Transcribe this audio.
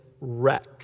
wreck